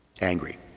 angry